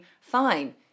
fine